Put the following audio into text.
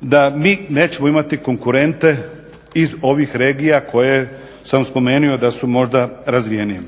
da mi nećemo imati konkurente iz ovih regija koje sam spomenuo da su možda razvijenije.